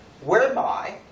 whereby